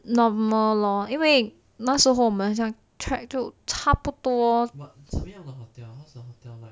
normal lor 因为那时候我们好像 trap 差不多